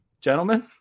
gentlemen